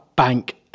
bank